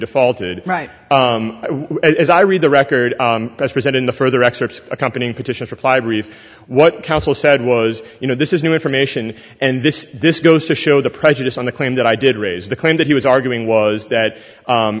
defaulted right as i read the record as present in the further excerpts accompanying petitions reply brief what counsel said was you know this is new information and this this goes to show the prejudice on the claim that i did raise the claim that he was arguing was that